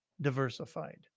diversified